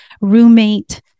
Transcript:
roommate